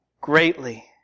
greatly